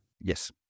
Yes